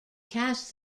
cast